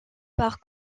par